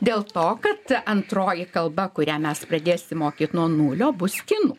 dėl to kad antroji kalba kurią mes pradėsim mokyt nuo nulio bus kinų